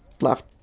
Left